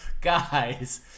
guys